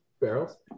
barrels